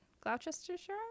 Gloucestershire